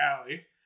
alley